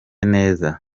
neza